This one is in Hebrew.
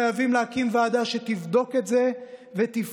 חייבים להקים ועדה שתבדוק את זה ותפעל.